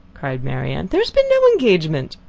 cried marianne, there has been no engagement.